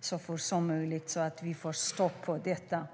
så fort som möjligt, så att vi får stopp på detta.